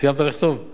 סיימת לכתוב?